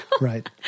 Right